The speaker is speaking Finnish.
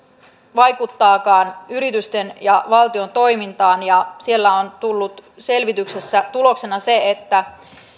vaikuttaakaan yritysten ja valtion toimintaan ja selvityksessä on tullut tuloksena se että